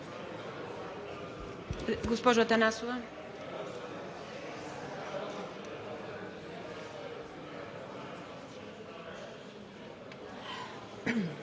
Госпожо Атанасова.